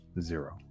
Zero